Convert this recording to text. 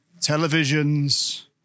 televisions